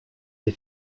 des